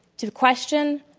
to question,